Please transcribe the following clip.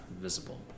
visible